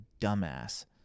dumbass